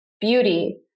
beauty